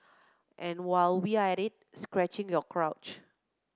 and while we're at it scratching your crotch